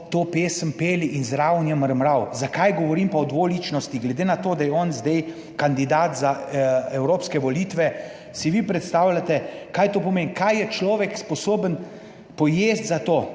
to pesem peli in zraven je mrmral. Zakaj govorim pa o dvoličnosti, glede na to, da je on zdaj kandidat za evropske volitve, si vi predstavljate, kaj to pomeni, kaj je človek sposoben pojesti za to?